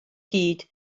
hyd